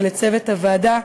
ולצוות הוועדה,